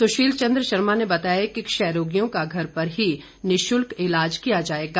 सुशील चन्द्र शर्मा ने बताया कि क्षयरोगियों का घर पर ही निशुल्क ईलाज किया जाएगा